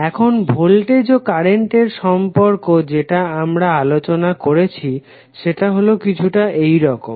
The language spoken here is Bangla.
এখন ভোল্টেজ ও কারেন্টের সম্পর্ক যেটা আমরা আলোচনা করেছি সেটা হলো কিছুটা এইরকম